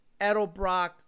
Edelbrock